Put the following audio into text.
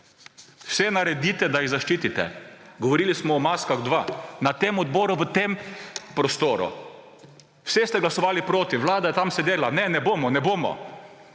Vse naredite, da jih zaščitite. Govorili smo o maskah 2 na tem odboru v tem prostoru. Vse ste glasovali proti. Vlada je tam sedela. Ne, ne bomo, ne bomo;